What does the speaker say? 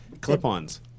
clip-ons